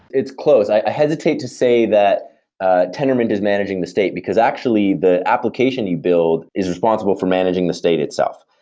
it's close. i hesitate to say that ah tendermint is managing the state, because actually the application you build is responsible for managing the state itself.